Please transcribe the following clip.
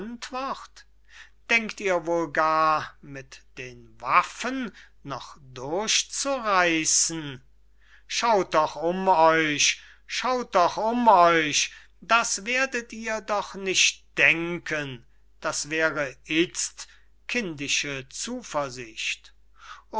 denkt ihr wohl gar mit den waffen noch durchzureissen schaut doch um euch schaut doch um euch das werdet ihr doch nicht denken das wäre itzt kindische zuversicht